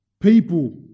people